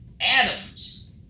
atoms